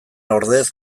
ordez